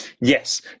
Yes